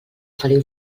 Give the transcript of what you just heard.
feliu